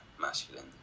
Masculine